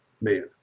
man